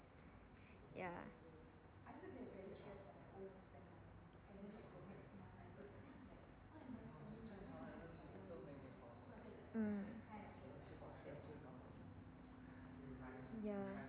ya mm ya